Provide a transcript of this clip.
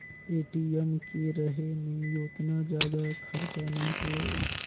ATM के रहें मे ओतना जादा खरचा नइ होए